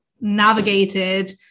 navigated